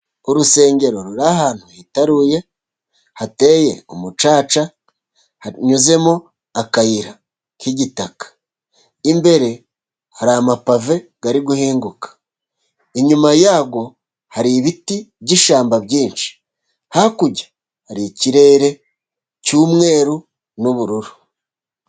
Urusengero ruri ahantu hitaruye hateye umucaca hanyuzemo akayira k'igitaka imbere hari amapave ari guhinguka inyuma yayo hari ibiti by'ishyamba byinshi hakurya hari ikirere cy'umweru n'ubururu.